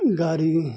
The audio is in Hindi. गाड़ी में